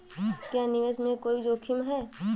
क्या निवेश में कोई जोखिम है?